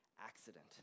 accident